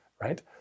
right